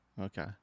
Okay